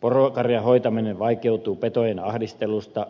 porokarjan hoitaminen vaikeutuu petojen ahdistellessa